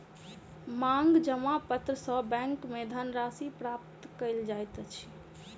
मांग जमा पत्र सॅ बैंक में धन राशि प्राप्त कयल जाइत अछि